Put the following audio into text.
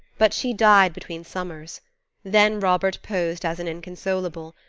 but she died between summers then robert posed as an inconsolable,